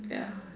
ya